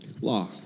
law